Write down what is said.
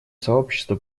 сообщество